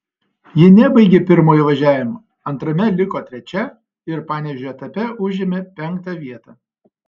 ji nebaigė pirmojo važiavimo antrame liko trečia ir panevėžio etape užėmė penktą vietą